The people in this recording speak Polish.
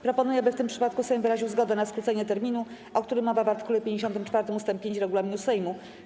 Proponuję, aby w tym przypadku Sejm wyraził zgodę na skrócenie terminu, o którym mowa w art. 54 ust. 5 regulaminu Sejmu.